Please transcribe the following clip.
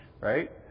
right